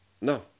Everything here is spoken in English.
no